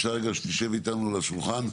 אפשר רגע שתשב איתנו ליד השולחן?